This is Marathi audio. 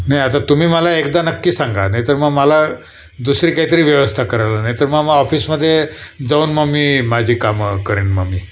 नाही आता तुम्ही मला एकदा नक्की सांगा नाहीतर मग मला दुसरी काहीतरी व्यवस्था करायला नाहीतर मग मग ऑफिसमध्ये जाऊन मग मग मी माझी कामं करेन मग मी